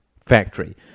factory